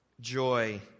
Joy